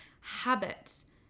habits